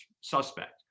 suspect